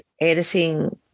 editing